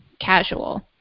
casual